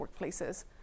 workplaces